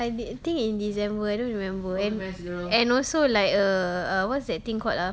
I d~ think in december I don't remember and also like err what's that thing called ah